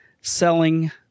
selling